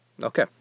Okay